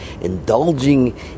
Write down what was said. indulging